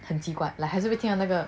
很奇怪 like 还是会听到那个